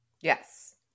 Yes